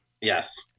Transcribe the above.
Yes